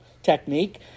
technique